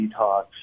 detox